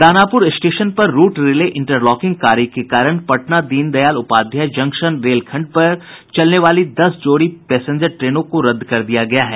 Danapur station पर route relay interlocking कार्य के कारण पटना दीनदयाल उपाध्याय जंक्शन रेलखंड के चलने वाली दस जोड़ी पैसेंजर ट्रेनों को रद्द कर दिया गया है